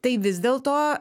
tai vis dėlto